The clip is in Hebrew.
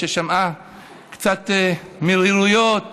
ששמעה קצת מרירויות